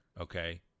okay